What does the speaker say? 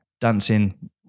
Dancing